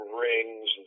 rings